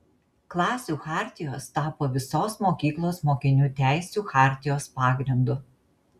klasių chartijos tapo visos mokyklos mokinių teisių chartijos pagrindu